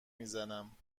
میزنم